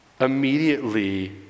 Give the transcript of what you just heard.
Immediately